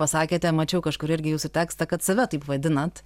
pasakėte mačiau kažkur irgi jūsų tekstą kad save taip vadinat